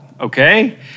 okay